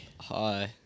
Hi